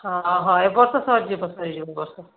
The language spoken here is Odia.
ହଁ ହଁ ଏବର୍ଷ ସରିଯିବ ସରିଯିବ ଏ ବର୍ଷ